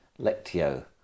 Lectio